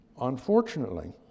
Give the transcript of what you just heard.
Unfortunately